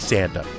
Santa